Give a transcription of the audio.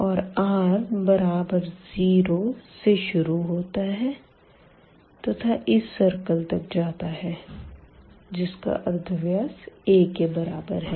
और r बराबर 0 से शुरू होता है तथा इस सर्किल तक जाता है जिसका अर्धव्यास a के बराबर है